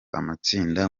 amatsinda